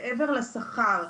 מעבר לשכר.